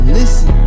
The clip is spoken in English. listen